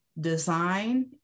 design